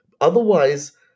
Otherwise